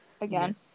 again